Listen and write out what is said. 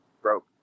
broke